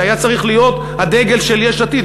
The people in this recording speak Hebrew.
זה היה צריך להיות הדגל של יש עתיד,